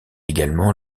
également